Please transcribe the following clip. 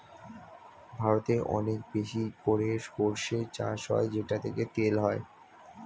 ভারতে অনেক বেশি করে সরষে চাষ হয় যেটা থেকে তেল হয়